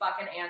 answer